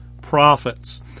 prophets